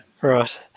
Right